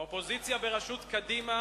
האופוזיציה בראשות קדימה